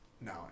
No